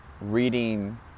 reading